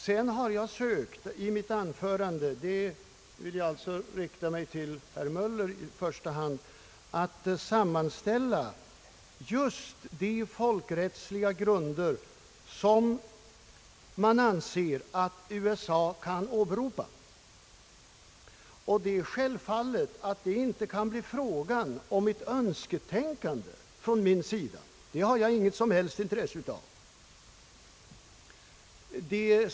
Jag har sökt att i mitt anförande — här vill jag alltså i första hand rikta mig till herr Möller — sammanställa just de folkrättsliga grunder som man anser att USA kan åberopa. Självfallet kan det inte bli fråga om ett önsketänkande från min sida. Det har jag inget som helst intresse av.